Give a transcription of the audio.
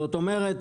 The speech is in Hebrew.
זאת אומרת,